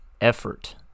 effort